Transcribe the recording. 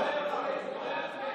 נו,